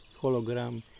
hologram